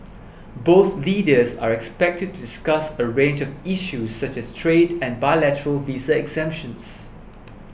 both leaders are expected to discuss a range of issues such as trade and bilateral visa exemptions